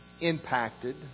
impacted